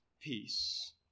peace